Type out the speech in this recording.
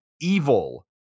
Evil